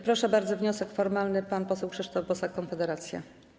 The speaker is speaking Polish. Proszę bardzo, z wnioskiem formalnym pan poseł Krzysztof Bosak, Konfederacja.